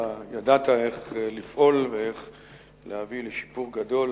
אתה ידעת איך לפעול ואיך להביא לשיפור גדול